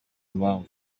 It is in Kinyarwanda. mpamvu